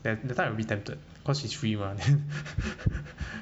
that time I a bit tempted cause it's free mah then